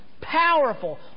powerful